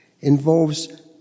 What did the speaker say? involves